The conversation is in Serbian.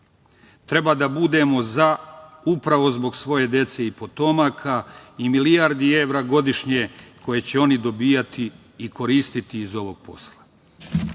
Treba da budemo za upravo zbog svoje dece i potomaka i milijardi evra godišnje koje će oni dobijati i koristiti iz ovog